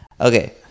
Okay